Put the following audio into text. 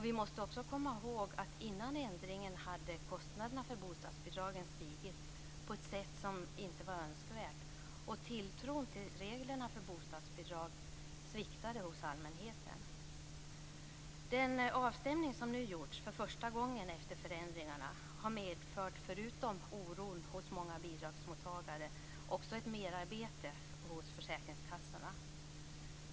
Vi måste också komma ihåg att innan ändringen hade kostnaderna för bostadsbidragen stigit på ett sätt som inte var önskvärt, och tilltron till reglerna för bostadsbidrag sviktade hos allmänheten. Den avstämning som nu gjorts, för första gången efter förändringarna, har förutom oron hos många bidragsmottagare också medfört ett merarbete hos försäkringskassorna.